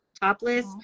topless